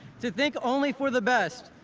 to think only for the best,